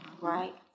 Right